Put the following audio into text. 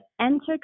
Enter